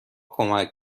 کمک